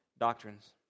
doctrines